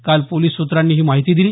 काल पोलीस सुत्रांनी ही माहिती दिली